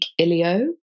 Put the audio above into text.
Ilio